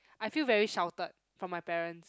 I feel very sheltered from my parents